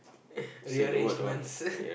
rearrangement